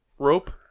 Rope